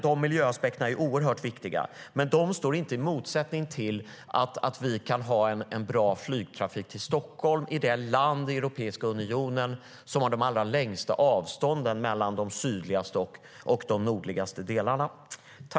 De miljöaspekterna är oerhört viktiga. Men de står inte i motsättning till att vi kan ha en bra flygtrafik till Stockholm, i det land i Europeiska unionen som har de allra längsta avstånden mellan de sydligaste och de nordligaste delarna.